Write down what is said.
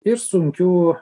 ir sunkių